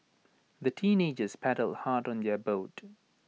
the teenagers paddled hard on their boat